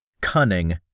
cunning